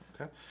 okay